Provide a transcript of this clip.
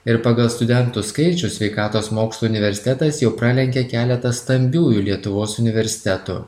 ir pagal studentų skaičių sveikatos mokslų universitetas jau pralenkė keletą stambiųjų lietuvos universitetų